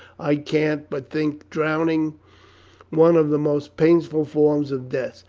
i can't but think drowning one of the most painful forms of death.